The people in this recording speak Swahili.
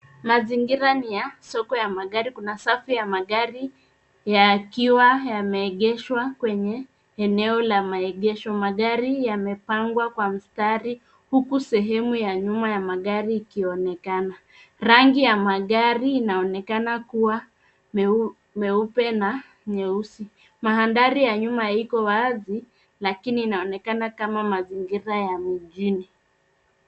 Mazingira ni ya soko ya magari. Kuna safu ya magari yakiwa yameegeshwa kwenye eneo la maegesho. Magari yamepangwa kwa mstari, huku sehemu ya nyuma ya magari ikionekana. Rangi ya magari inaonekana kuwa nyeupe na nyeusi. Mandhari ya nyuma iko wazi, lakini inaonekana kama mazingira ya mjini.